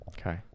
Okay